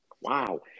Wow